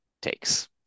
takes